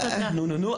נו נו נו,